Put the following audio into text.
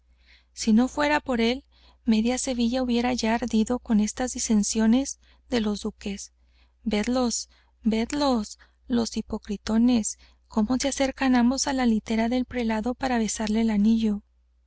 si no fuera por él media sevilla hubiera ya ardido con estas disensiones de los duques vedlos vedlos los hipocritones como se acercan ambos á la litera del prelado para besarle el anillo